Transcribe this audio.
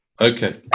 okay